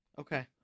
Okay